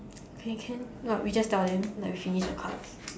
okay can what we just tell them like we finish the cards